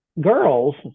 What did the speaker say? girls